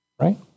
Right